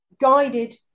Guided